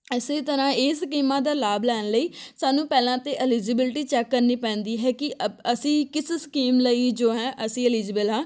ਇਸੇ ਤਰ੍ਹਾਂ ਇਹ ਸਕੀਮਾਂ ਦਾ ਲਾਭ ਲੈਣ ਲਈ ਸਾਨੂੰ ਪਹਿਲਾਂ ਤਾਂ ਐਲੀਜੀਬਿਲਟੀ ਚੈੱਕ ਕਰਨੀ ਪੈਂਦੀ ਹੈ ਕਿ ਅਸੀਂ ਕਿਸ ਸਕੀਮ ਲਈ ਜੋ ਹੈ ਅਸੀਂ ਐਲੀਜੀਬਲ ਹਾਂ